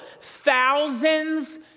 Thousands